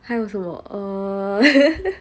还有什么 err